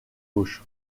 gauche